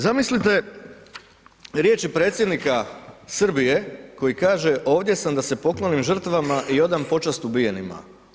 Zamislite riječi predsjednika Srbije koji kaže, ovdje sam da se poklonim žrtvama i odam počast ubijenima.